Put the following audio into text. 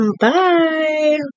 Bye